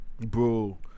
Bro